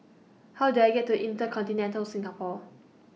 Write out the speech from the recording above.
How Do I get to InterContinental Singapore